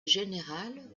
générale